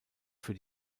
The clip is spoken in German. für